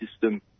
system